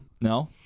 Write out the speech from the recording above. No